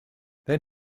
then